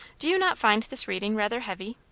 do you not find this reading rather heavy?